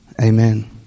Amen